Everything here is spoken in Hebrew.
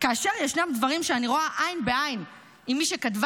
כאשר ישנם דברים שאני רואה עין בעין עם מי שכתבה